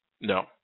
no